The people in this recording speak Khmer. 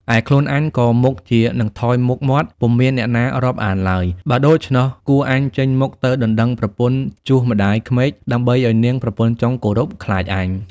ឯខ្លួនអញក៏មុខជានឹងថយមុខមាត់ ពុំមានអ្នកណា រាប់អានឡើយ បើដូច្នោះ គួរអញចេញមុខទៅដណ្ដឹងប្រពន្ធជូសម្តាយក្មេក ដើម្បីឲ្យនាងប្រពន្ធចុងគោរព ខ្លាចអញ។